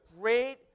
great